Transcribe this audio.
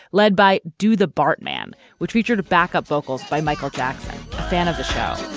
led by do the bartman which featured a backup vocals by michael jackson fan of the show.